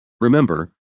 Remember